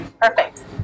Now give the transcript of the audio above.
Perfect